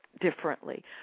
differently